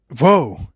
Whoa